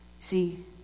See